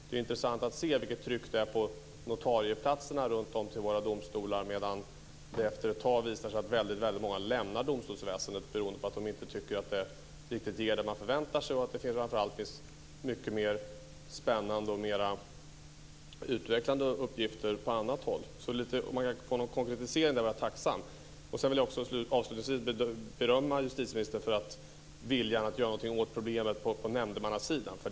Det är intressant att se vilket tryck det är på notarieplatserna runtom hos våra domstolar medan det efter ett tag visar sig att väldigt många lämnar domstolsväsendet beroende på att de inte tycker att det riktigt ger det som de förväntar sig. Framför allt finns det mycket mer spännande och mera utvecklande uppgifter på annat håll. Om jag skulle kunna få en konkretisering i det här avseendet vore jag tacksam. Avslutningsvis vill jag berömma justitieministern för viljan att göra någonting åt problemet på nämndemannasidan.